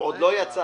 הוא עוד לא יצא.